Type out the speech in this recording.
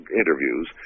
interviews